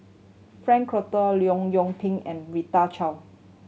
Frank Cloutier Leong Yoon Pin and Rita Chao